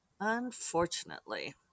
unfortunately